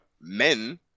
Men